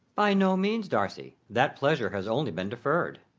by no means, darcy, that pleasure has only been deferred.